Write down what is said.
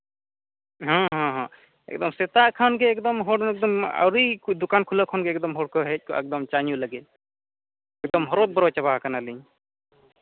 ᱦᱮᱸ ᱦᱮᱸ ᱮᱠᱫᱚᱢ ᱥᱮᱛᱟᱜ ᱠᱷᱚᱱ ᱜᱮ ᱮᱠᱫᱚᱢ ᱦᱚᱲ ᱮᱠᱫᱚᱢ ᱟᱹᱣᱨᱤ ᱫᱚᱠᱟᱱ ᱠᱷᱩᱞᱟᱹᱣ ᱠᱷᱚᱱᱜᱮ ᱮᱠᱫᱚᱢ ᱦᱚᱲ ᱠᱚ ᱦᱮᱡ ᱠᱚᱜᱼᱟ ᱮᱠᱫᱚᱢ ᱪᱟ ᱧᱩ ᱞᱟᱹᱜᱤᱫ ᱮᱠᱫᱚᱢ ᱦᱚᱨᱚ ᱵᱚᱨᱚ ᱪᱟᱵᱟᱣ ᱠᱟᱱᱟᱞᱤᱧ